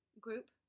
Group